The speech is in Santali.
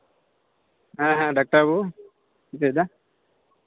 ᱦᱮᱸ ᱦᱮᱸ ᱰᱟᱞᱛᱟᱨ ᱵᱟᱹᱵᱩ ᱪᱤᱠᱟᱹᱭᱫᱟ